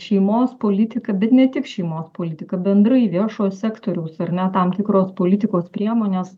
šeimos politika bet ne tik šeimos politika bendrai viešo sektoriaus ar ne tam tikros politikos priemonės